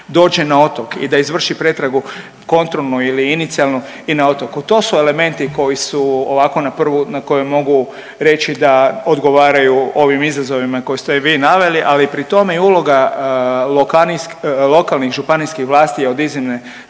dođe na otok i da izvrši pretragu kontrolnu ili inicijalnu i na otoku. To su elementi koji su ovako na prvu, na koju mogu reći da odgovaraju ovim izazovima koje ste i vi naveli. Ali pri tome i uloga lokalnih županijskih vlasti je od iznimnog